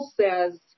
says